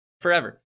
Forever